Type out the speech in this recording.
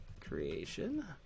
creation